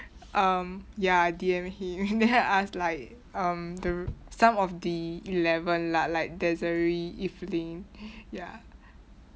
um ya I D_M him then I asked like um the some of the eleven lah like desiree evelyn ya